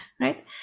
right